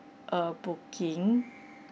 a booking